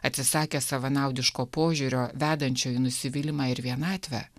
atsisakę savanaudiško požiūrio vedančio į nusivylimą ir vienatvę